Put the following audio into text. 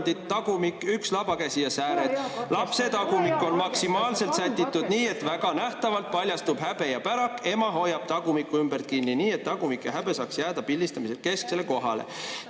Palun katkesta see!") Lapse tagumik on maksimaalselt sätitud nii, et väga nähtavalt paljastub häbe ja pärak. Ema hoiab tagumiku ümbert kinni nii, et tagumik ja häbe saaks jääda pildistamisel kesksele kohale."